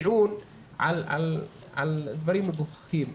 לעסקאות טיעון על סכומים מגוחכים.